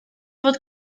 fod